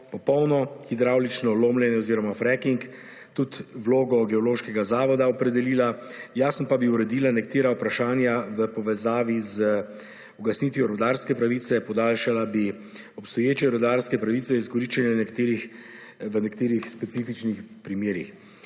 popolno hidravlično lomljenje oziroma fracking, tudi vlogo Geološkega zavoda Slovenije je opredelila, jasno pa bi uredila nekatera vprašanja v povezavi z ugasnitvijo rudarske pravice, podaljšala bi obstoječe rudarske pravice izkoriščanja v nekaterih specifičnih primerih.